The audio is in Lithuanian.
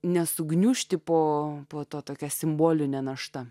nesugniužti po po to tokia simbolinė našta